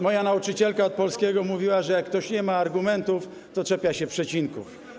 Moja nauczycielka polskiego mówiła, że jak ktoś nie ma argumentów, to czepia się przecinków.